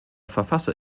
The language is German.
verfasser